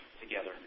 together